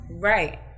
Right